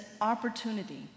opportunity